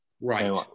right